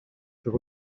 there